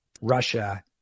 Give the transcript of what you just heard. Russia